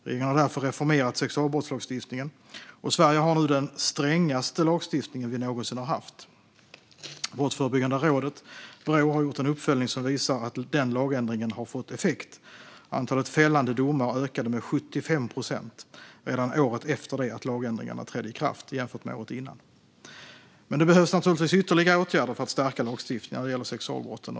Regeringen har därför reformerat sexualbrottslagstiftningen, och Sverige har nu den strängaste lagstiftningen vi någonsin har haft. Brottsförebyggande rådet, Brå, har gjort en uppföljning som visar att den lagändringen har fått effekt. Antalet fällande domar ökade med 75 procent redan året efter det att lagändringarna trädde i kraft jämfört med året innan. Men det behövs ytterligare åtgärder för att stärka lagstiftningen när det gäller sexualbrotten.